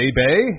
baby